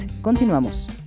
Continuamos